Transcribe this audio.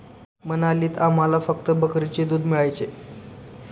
मनालीत आम्हाला फक्त बकरीचे दूध मिळायचे